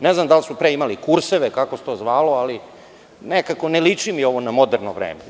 Ne znam da li su pre imali kurseve, kako se to zvalo, ali nekako mi ne liči ovo na moderno vreme.